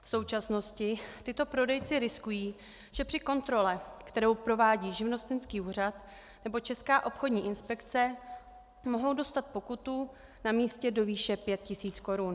V současnosti tito prodejci riskují, že při kontrole, kterou provádí živnostenský úřad nebo Česká obchodní inspekce, mohou dostat pokutu na místě do výše 5 000 korun.